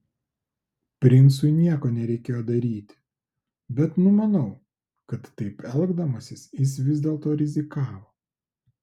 princui nieko nereikėjo daryti bet numanau kad taip elgdamasis jis vis dėlto rizikavo